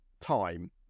time